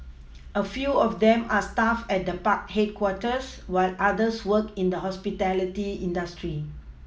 a few of them are staff at the park headquarters while others work in the hospitality industry